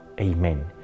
Amen